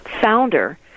founder